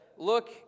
Look